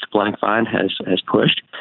blankfein, and has has pushed.